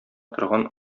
торган